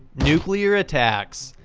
nuclear attacks.